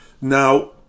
Now